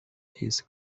his